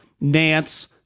Nance